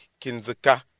Kinzuka